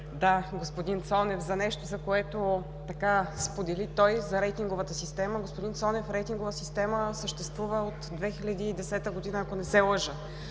господин Цонев за нещо, което сподели той – за рейтинговата система. Господин Цонев, рейтинговата система съществува от 2010 г., ако не се лъжа.